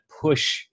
push